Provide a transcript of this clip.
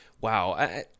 wow